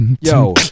Yo